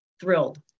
thrilled